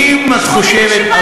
אם את חושבת,